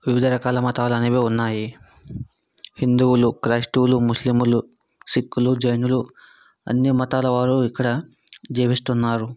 వివిధ రకాల మతాలు అనేవి ఉన్నాయి హిందువులు క్రైస్తువులు ముస్లిములు సిక్కులు జైనులు అన్ని మతాల వారు ఇక్కడ జీవిస్తున్నారు